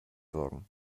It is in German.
sorgen